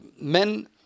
men